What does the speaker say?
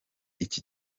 iki